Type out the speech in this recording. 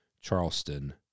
Charleston